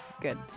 Good